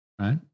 right